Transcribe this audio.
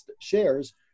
shares